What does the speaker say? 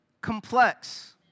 complex